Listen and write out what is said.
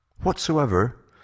whatsoever